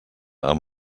amb